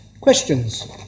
Questions